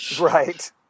Right